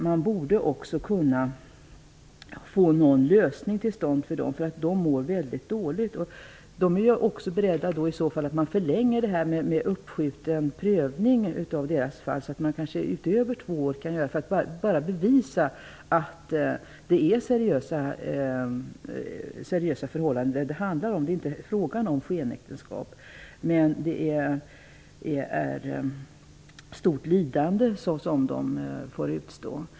Man borde kunna få någon lösning till stånd för dem, för de mår mycket dåligt. De är i så fall också beredda på att man förlänger tiden för uppskjuten prövning av deras fall utöver två år, så att man kan bevisa att det är seriösa förhållanden det handlar om. Det är inte fråga om skenäktenskap. Men det är stort lidande som de får utstå.